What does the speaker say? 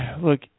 Look